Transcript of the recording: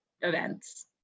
events